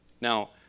Now